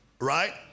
right